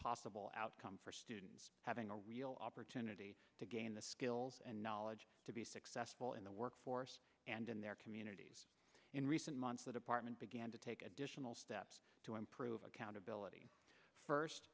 possible outcome for students having a real opportunity again the skills and knowledge to be successful in the workforce and in their communities in recent months the department began to take additional steps to improve accountability first